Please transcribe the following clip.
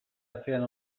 atzean